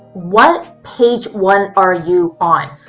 what page one are you on?